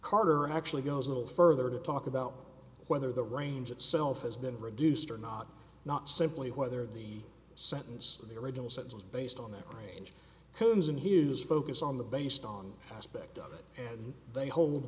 carter actually goes a little further to talk about whether the range itself has been reduced or not not simply whether the sentence of the original sentence based on that range koons in his focus on the based on aspect of it and they hold